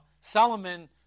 solomon